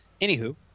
anywho